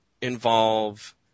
involve